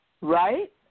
Right